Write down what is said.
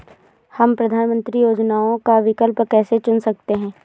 हम प्रधानमंत्री योजनाओं का विकल्प कैसे चुन सकते हैं?